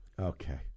Okay